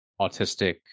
autistic